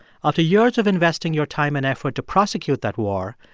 after years of investing your time and effort to prosecute that war,